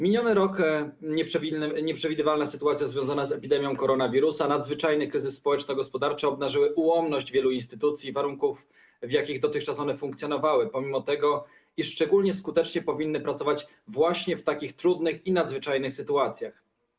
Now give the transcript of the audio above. Miniony rok, nieprzewidywalna sytuacja związana z epidemią koronawirusa, nadzwyczajny kryzys społeczno-gospodarczy obnażyły ułomność wielu instytucji, warunków, w jakich dotychczas one funkcjonowały, pomimo że szczególnie skutecznie powinny pracować właśnie w takich trudnych i nadzwyczajnych sytuacjach.